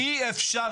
אי אפשר